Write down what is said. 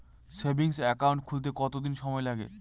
Savings account খুলতে কতদিন সময় লাগে?